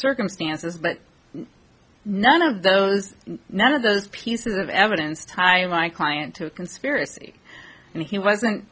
circumstances but none of those none of those pieces of evidence tying my client to a conspiracy and he wasn't